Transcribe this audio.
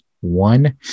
One